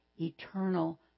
eternal